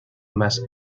más